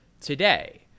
today